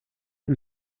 can